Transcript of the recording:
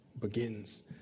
begins